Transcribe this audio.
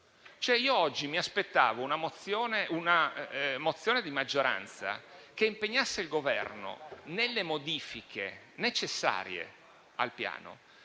molto. Oggi mi aspettavo una mozione di maggioranza che impegnasse il Governo, nelle modifiche necessarie al Piano,